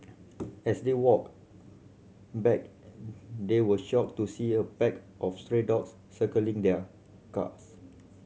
as they walked back they were shocked to see a pack of stray dogs circling their cars